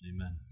amen